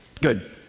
Good